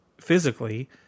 physically